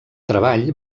treball